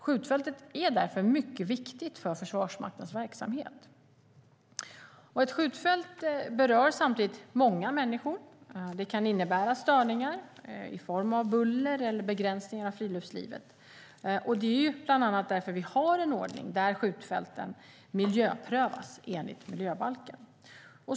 Skjutfältet är därför mycket viktigt för Försvarsmaktens verksamhet. Ett skjutfält berör samtidigt många människor. Det kan innebära störningar i form av buller och begränsningar av friluftslivet. Det är bland annat därför vi har en ordning där skjutfälten miljöprövas enligt miljöbalken.